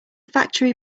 factory